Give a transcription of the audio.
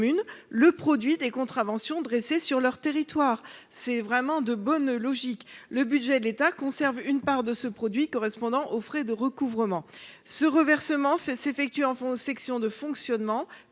le produit des contraventions dressées sur leur territoire. Le budget de l’État conserverait une part de ce produit correspondant aux frais de recouvrement. Ce reversement s’effectuerait en section de fonctionnement